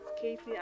Katie